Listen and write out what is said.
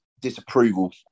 disapproval